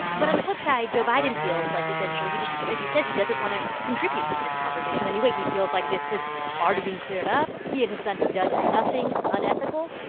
but on the flip side, joe biden feels like, essentially, he just as he says, he doesn't want to contribute to this conversation in any way. he feels like this has already been cleared up. he and his son have done nothing unethical,